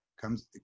comes